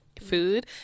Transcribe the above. food